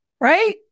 right